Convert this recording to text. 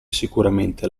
sicuramente